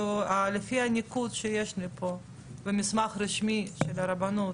כשאותו רב בוחבוט